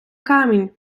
камінь